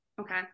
Okay